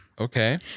Okay